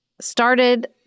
started